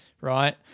right